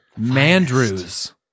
Mandrews